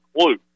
clue